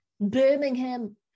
Birmingham